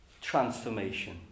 transformation